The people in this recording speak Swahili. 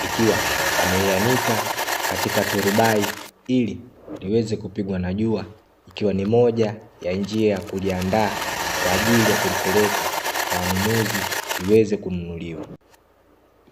ikiwa ameyaanika katika turubai ili liweze kupigwa na jua ikiwa ni moja ya njia ya kuliandaa kwa ajili ya kulipeleka kwa wanunuzi liweze kununuliwa.